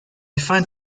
find